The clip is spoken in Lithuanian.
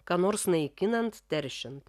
ką nors naikinant teršiant